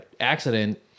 accident